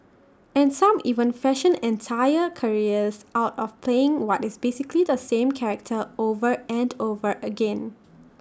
and some even fashion entire careers out of playing what is basically the same character over and over again